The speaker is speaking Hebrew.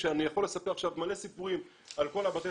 כשאני יכול לספר עכשיו מלא סיפורים על כל בתי